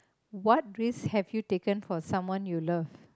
what risk have you taken for someone you love